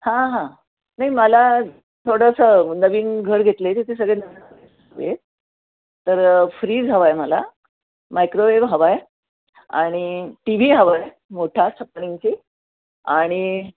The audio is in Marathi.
हां हां नाही मला थोडंसं नवीन घर घेतले तिथे सगळे हवे आहेत तर फ्रीज हवा आहे मला मायक्रोवेव हवा आहे आणि टी व्ही हवा आहे मोठा छप्पन्न इंची आणि